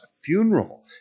funeral